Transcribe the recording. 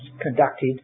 conducted